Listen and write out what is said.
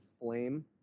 flame